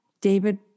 David